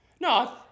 No